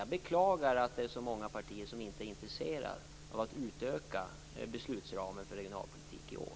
Jag beklagar att det är så många partier som inte är intresserade av att utöka beslutsramen i år för regionalpolitik.